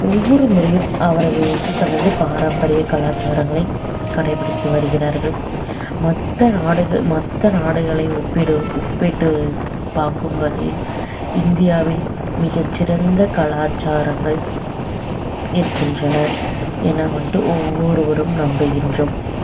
ஒவ்வொரு முறையும் அவர்கள் வந்து தனது பாரம்பரிய கலாச்சாரங்களை கடைப்பிடித்து வருகிறார்கள் மற்ற நாடுகள் மற்ற நாடுகளை ஒப்பிடும் ஒப்பிட்டு பார்க்கும் வகையில் இந்தியாவில் மிகச்சிறந்த கலாச்சாரங்கள் இருக்கின்றனர் ஏன்னால் வந்துட்டு ஒவ்வொருவரும் நம்புகின்றோம்